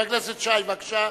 חבר הכנסת שי, בבקשה.